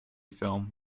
film